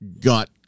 got